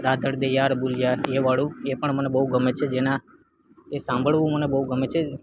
રાધળ દે યાર ગુલિયા એ વાળું એ પણ મને બહુ ગમે છે જેના એ સાંભળવું મને બહુ ગમે છે